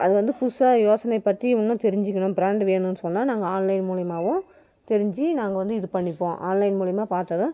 அது வந்து புதுசாக யோசனை பற்றி இன்னும் தெரிஞ்சுக்கணும் ப்ராண்டு வேணும்ன்னு சொன்னால் நாங்கள் ஆன்லைன் மூலிமாவோ தெரிஞ்சு நாங்கள் வந்து இது பண்ணிப்போம் ஆன்லைன் மூலிமா பார்த்தத